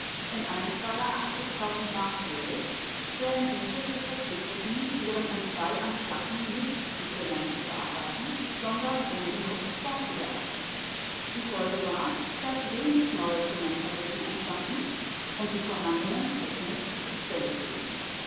in einem falle mark jährlich wenn diese sich verpflichteten ihren entfall an schlacken nicht zu zement zu verarbeiten sondern ungenutzt fortzuwerfen die folge war daß wenig neue zementfabriken entstanden und die vorhandenen technisch rückständig blieben